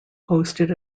hosted